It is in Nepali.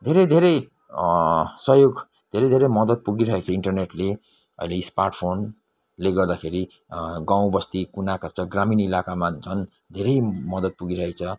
धेरै धेरै सहयोग धेरै धेरै मद्दत पुगिरहेछ इन्टरनेटले अहिले स्मार्टफोनले गर्दाखेरि गाउँ बस्ती कुना काप्चा ग्रामीण इलाकामा झन धेरै मद्दत पुगिरहेछ